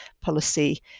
policy